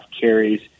carries